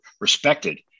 respected